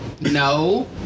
No